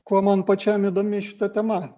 kuo man pačiam įdomi šita tema